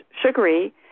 sugary